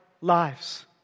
lives